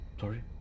Sorry